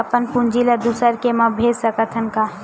अपन पूंजी ला दुसर के मा भेज सकत हन का?